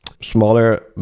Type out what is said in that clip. smaller